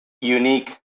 unique